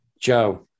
Joe